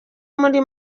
muri